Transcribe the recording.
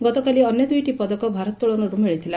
ଗତକାଲି ଅନ୍ୟ ଦୁଇଟି ପଦକ ଭାରୋଉଳନରୁ ମିଳିଥିଲା